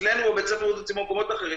אצלנו בבית הספר לבריאות הציבור ובמקומות אחרים,